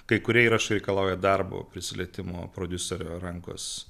kai kurie įrašai reikalauja darbo prisilietimo prodiuserio rankos